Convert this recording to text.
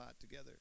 together